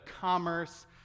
commerce